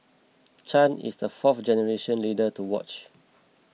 Chan is the fourth generation leader to watch